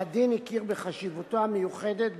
שהדין הכיר בחשיבותו המיוחדת,